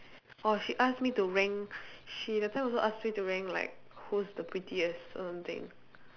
oh she ask me to rank she that time also ask me to rank like who's the prettiest or something